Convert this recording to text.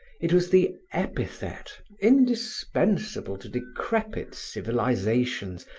it was the epithet indispensable to decrepit civilizations,